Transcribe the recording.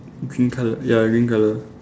green colour ya green colour